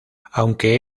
aunque